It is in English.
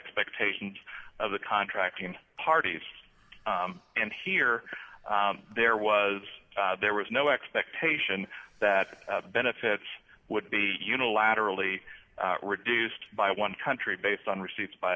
expectations of the contracting parties and here there was there was no expectation that the benefits would be unilaterally reduced by one country based on receipts by